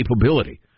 capability